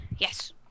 Yes